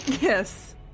Yes